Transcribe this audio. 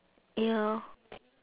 ya